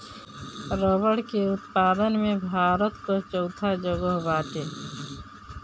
रबड़ के उत्पादन में भारत कअ चउथा जगह बाटे